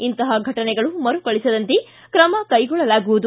ಇಂತಹ ಘಟನೆಗಳು ಮರುಕಳಿಸದಂತೆ ಕ್ರಮ ಕೈಗೊಳ್ಳಲಾಗುವುದು